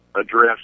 address